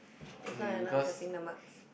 if not you're not getting the marks